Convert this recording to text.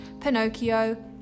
Pinocchio